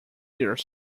here